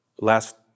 Last